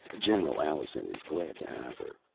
general alison is glad to have her.